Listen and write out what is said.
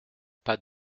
pas